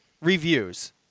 reviews